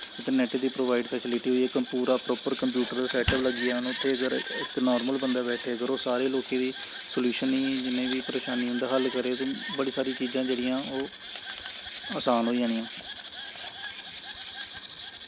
net दी provide facility होई जाऽ पूरा प्रापर कंप्यूटर दा सैटअप लग्गी जान उत्थै अगर इक नार्मल बंदा बैठे अगर ओह् सारें लोकें दी सल्यूशल जिन्नी बी परेशानी उं'दा हल करै ते बड़ी सारी चीज़ा ओह् आसान होई जानियां